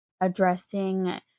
addressing